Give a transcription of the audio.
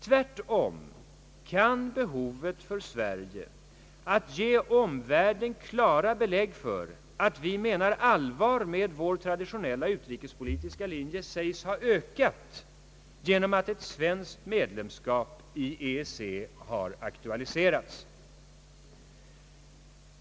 Tvärtom kan behovet för Sverige att ge omvärlden klara belägg för att vi menar allvar med vår traditionella utrikespolitiska linje. Kraven härpå kan f. ö. sägas ha ökat genom att ett svenskt medlemskap i EEC har aktualiserats.